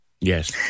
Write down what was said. Yes